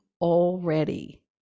already